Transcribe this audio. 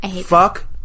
Fuck